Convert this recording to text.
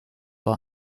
war